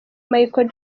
michael